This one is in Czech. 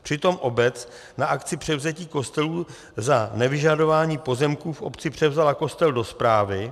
Přitom obec na akci převzetí kostelů za nevyžadování pozemků v obci převzala kostel do správy.